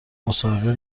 مصاحبه